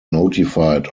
notified